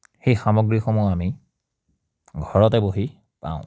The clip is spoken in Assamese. সেই সামগ্ৰীসমূহ আমি ঘৰতে বহি পাওঁ